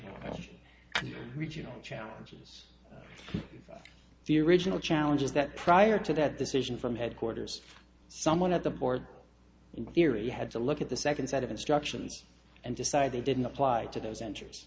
and regional challenges the original challenges that prior to that decision from headquarters someone at the board in the theory had to look at the second set of instructions and decide they didn't apply to those answers